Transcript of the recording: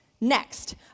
next